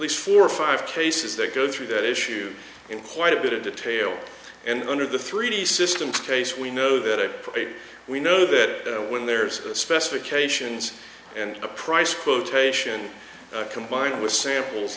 least four or five cases that go through that issue in quite a bit of detail and under the three d systems case we know that we know that when there's a specifications and a price quotation combined with samples